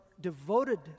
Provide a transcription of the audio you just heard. devoted